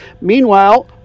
Meanwhile